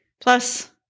plus